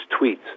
tweets